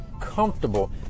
comfortable